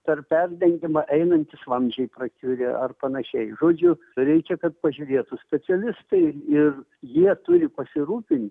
per perdengimą einantys vamzdžiai prakiurę ar panašiai žodžiu reikia kad pažiūrėtų specialistai ir jie turi pasirūpint